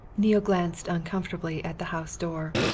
neale glanced uncomfortably at the house door.